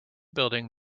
building